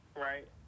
Right